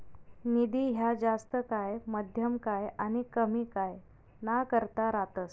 निधी ह्या जास्त काय, मध्यम काय आनी कमी काय ना करता रातस